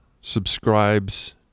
subscribes